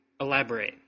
elaborate